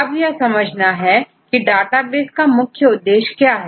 अब यह समझना है के डेटाबेस का मुख्य उद्देश्य क्या है